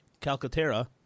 calcaterra